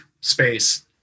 space